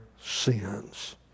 sins